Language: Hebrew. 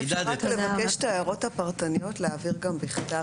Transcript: אם אפשר רק לבקש את ההערות הפרטניות להעביר גם בכתב.